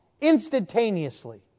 instantaneously